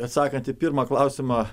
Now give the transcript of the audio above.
atsakant į pirmą klausimą